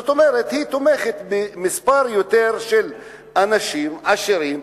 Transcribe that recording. זאת אומרת שהיא תומכת במספר רב יותר של אנשים עשירים,